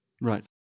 Right